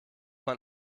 man